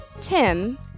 Tim